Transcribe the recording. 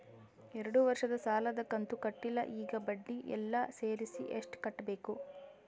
ಎರಡು ವರ್ಷದ ಸಾಲದ ಕಂತು ಕಟ್ಟಿಲ ಈಗ ಬಡ್ಡಿ ಎಲ್ಲಾ ಸೇರಿಸಿ ಎಷ್ಟ ಕಟ್ಟಬೇಕು?